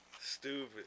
Stupid